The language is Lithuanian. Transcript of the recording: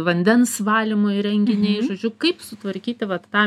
vandens valymo įrenginiai žodžiu kaip sutvarkyti vat tą